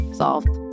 solved